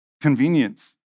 convenience